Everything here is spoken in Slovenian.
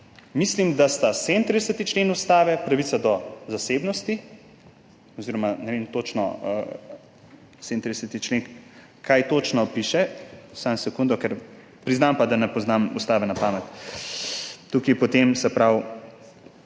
mislim, da sta 37. člen Ustave, pravica do zasebnosti, oziroma ne vem točno, 37. člen, kaj točno piše, samo sekundo, ker priznam, da pa ne poznam ustave na pamet. Se pravi,